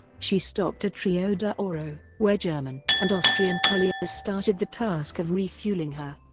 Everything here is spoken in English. she stopped at rio de oro, where german and austrian colliers started the task of refuelling her.